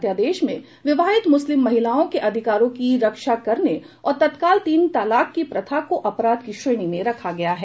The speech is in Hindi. अध्यादेश में विवाहित मुस्लिम महिलाओं के अधिकारों की रक्षा करने और तत्काल तीन तलाक की प्रथा को अपराध की श्रेणी में रखा गया है